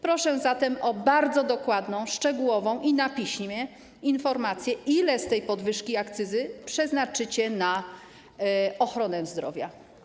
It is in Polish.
Proszę zatem o bardzo dokładną, szczegółową i na piśmie informację, ile z tej podwyżki akcyzy przeznaczycie na ochronę zdrowia.